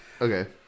Okay